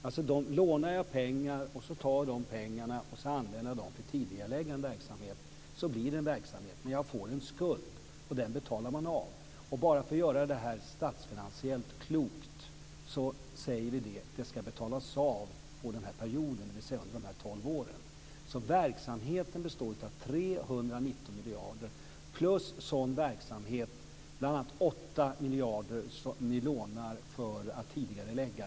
Alltså: Lånar jag pengar och sedan tar de pengarna och använder till att tidigarelägga verksamhet så blir det verksamhet, men jag får en skuld, och den betalar man av. För att göra detta statsfinansiellt klokt säger vi att det ska betalas under de tolv åren. Verksamheten består av 319 miljarder plus bl.a. 8 miljarder som ni lånar för att tidigarelägga.